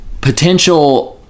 potential